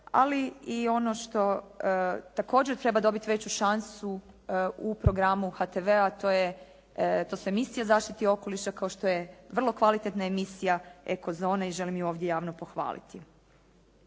ali i ono što također treba dobiti veću šansu u programu HTV-a to je, to su emisije o zaštiti okoliša kao što je vrlo kvalitetna emisija «Eko zona» i želim ju ovdje javno pohvaliti.